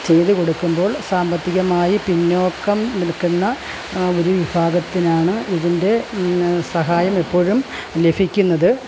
ചെയ്തുകൊടുക്കുമ്പോൾ സാമ്പത്തികമായി പിന്നോക്കം നിൽക്കുന്ന ഒരു വിഭാഗത്തിനാണ് ഇതിൻ്റെ സഹായം എപ്പോഴും ലഭിക്കുന്നത്